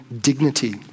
dignity